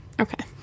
Okay